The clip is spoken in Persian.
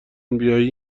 بیایی